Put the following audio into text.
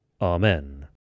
Amen